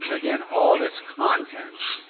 you know again, all this content.